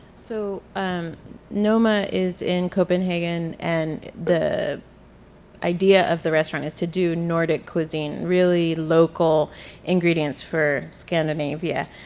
so um noma is in copenhagen and the idea of the restaurant is to do nordic cuisine, really local ingredients for scandinavia.